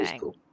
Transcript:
Cool